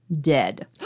dead